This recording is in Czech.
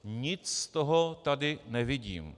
Nic z toho tady nevidím.